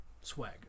swag